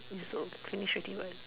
is also finish already what